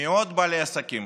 מאות בעלי עסקים,